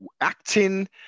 acting